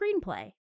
screenplay